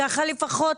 ככה לפחות